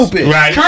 Right